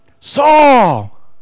Saul